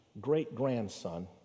great-grandson